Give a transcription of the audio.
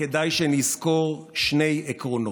כדאי שנזכור שני עקרונות: